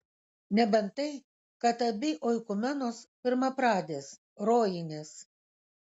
nebent tai kad abi oikumenos pirmapradės rojinės